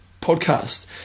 podcast